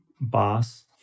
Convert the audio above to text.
boss